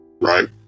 right